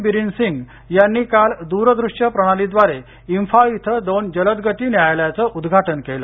बिरिन सिंग यांनी काल दूरदष्य प्रणाली द्वारे इंफाळ इथं दोन जलद गती न्यायालयाचं उद्घाटन केलं